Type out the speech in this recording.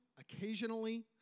occasionally